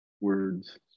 words